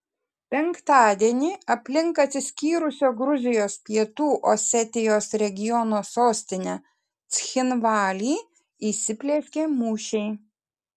penktadienį aplink atsiskyrusio gruzijos pietų osetijos regiono sostinę cchinvalį įsiplieskė mūšiai